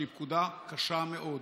שהיא פקודה קשה מאוד,